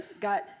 got